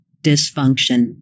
dysfunction